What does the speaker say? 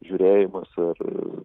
žiūrėjimas ar